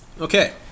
Okay